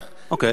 אוקיי,